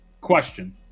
question